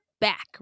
back